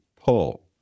pull